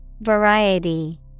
Variety